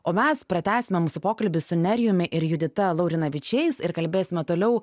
o mes pratęsime mūsų pokalbį su nerijumi ir judita laurinavičiais ir kalbėsime toliau